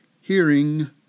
hearing